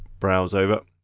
browse over.